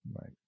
right